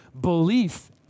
belief